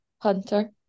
Hunter